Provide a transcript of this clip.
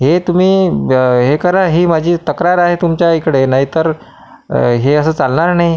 हे तुम्ही हे करा ही माझी तक्रार आहे तुमच्याइकडे नाही तर हे असं चालणार नाही